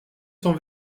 sans